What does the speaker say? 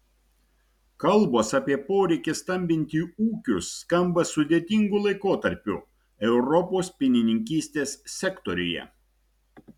kalbos apie poreikį stambinti ūkius skamba sudėtingu laikotarpiu europos pienininkystės sektoriuje